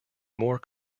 more